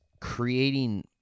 creating